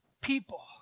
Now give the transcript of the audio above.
people